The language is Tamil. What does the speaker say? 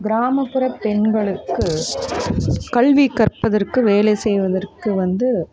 கிராமப்புற பெண்களுக்கு கல்வி கற்பதற்கு வேலை செய்வதற்கு வந்து